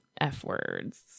F-words